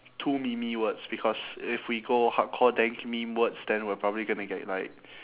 too memey words because if we go hardcore dank meme words then we're probably gonna get like